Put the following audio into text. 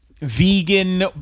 Vegan